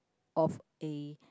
of a